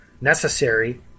necessary